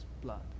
blood